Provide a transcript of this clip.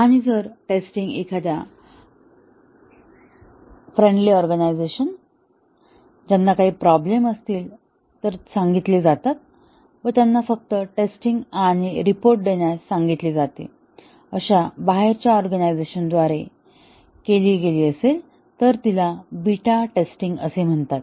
आणि जर टेस्टिंग एखाद्या फ्रेंडली ऑर्गनायझेशन ज्यांना काही प्रॉब्लेम असतील तर सांगितले जातात व त्यांना फक्त टेस्टिंग आणि रिपोर्ट देण्यास सांगितले जाते अशा फ्रेंडली ऑर्गनायझेशन द्वारे केली गेली असेल तर तिला बीटा टेस्टिंग असे म्हणतात